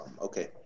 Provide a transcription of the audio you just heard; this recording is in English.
okay